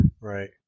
Right